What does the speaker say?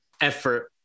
effort